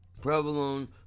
provolone